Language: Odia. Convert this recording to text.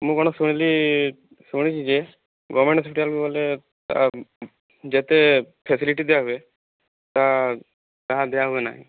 ମୁଁ କ'ଣ ଶୁଣିଲି ଶୁଣିଛି ଯେ ଗଭର୍ଣ୍ଣମେଣ୍ଟ ହସ୍ପିଟାଲକୁ ଗଲେ ତା ଯେତେ ଫାସିଲିଟୀ ଦିଆହୁଏ ତାହା ତାହା ଦିଆହୁଏ ନାହିଁ